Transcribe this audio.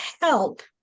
help